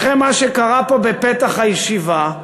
אחרי מה שקרה פה בפתח הישיבה,